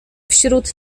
wśród